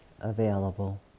available